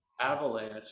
avalanche